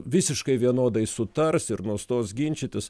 visiškai vienodai sutars ir nustos ginčytis